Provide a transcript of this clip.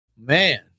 Man